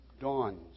dawns